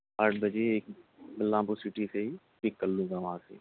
آٹھ بجے Balrampur city سے ہی پک کر لوں گا وہاں سے